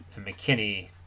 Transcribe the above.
McKinney